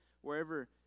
wherever